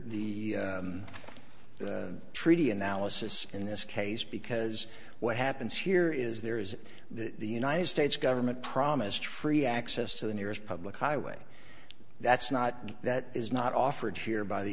under the treaty analysis in this case because what happens here is there is the united states government promised free access to the nearest public highway that's not that is not offered here by the